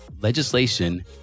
legislation